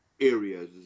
areas